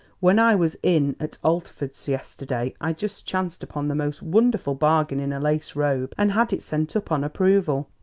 when i was in at altford's yesterday i just chanced upon the most wonderful bargain in a lace robe, and had it sent up on approval.